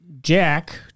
Jack